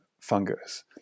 fungus